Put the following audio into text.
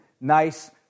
nice